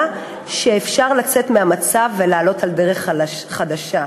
שאפשר לצאת מהמצב ולעלות על דרך חדשה.